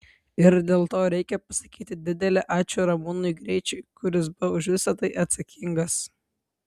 ir dėl to reikia pasakyti didelį ačiū ramūnui greičiui kuris buvo už visa tai atsakingas